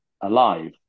alive